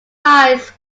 lies